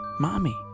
mommy